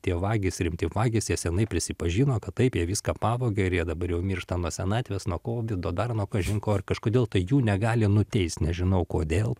tie vagys rimti vagys jie senai prisipažino kad taip jie viską pavogė ir jie dabar jau miršta nuo senatvės nuo kovido dar nuo kažin ko ir kažkodėl tai jų negali nuteist nežinau kodėl